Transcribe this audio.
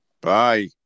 Bye